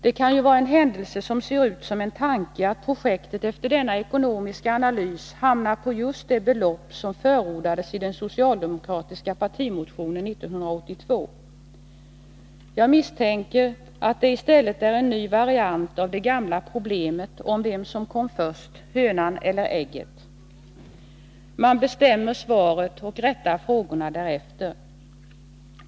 Det kan ju vara en händelse som ser ut som en tanke att projektet efter denna nya ekonomiska analys hamnar på just det belopp som förordades i den socialdemokratiska partimotionen 1982. Jag misstänker att det i stället är en ny variant av det gamla problemet om vem som kom först, hönan eller ägget. Man bestämmer svaret och rättar frågorna därefter.